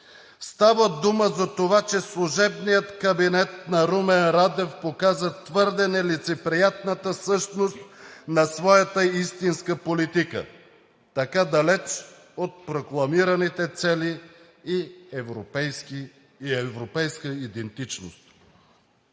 Става дума за това, че служебният кабинет на Румен Радев показа твърде нелицеприятната същност на своята истинска политика, така далеч от прокламираните цели и европейска идентичност.